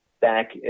back